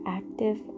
active